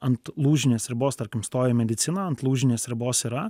ant lūžinės ribos tarkim stoja į medicina ant lūžinės ribos yra